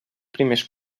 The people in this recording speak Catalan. primers